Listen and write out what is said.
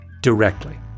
directly